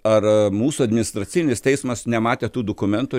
ar mūsų administracinis teismas nematė tų dokumentų